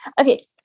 Okay